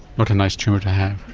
not a nice tumour to have.